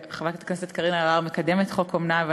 חברת הכנסת קארין אלהרר מקדמת חוק אומנה,